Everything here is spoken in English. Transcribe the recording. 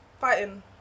fighting